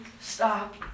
stop